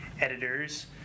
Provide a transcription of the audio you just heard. editors